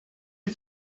you